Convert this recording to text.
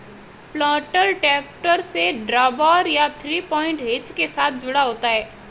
planter tractor से drawbar या three point hitch के साथ जुड़ा होता है